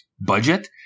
budget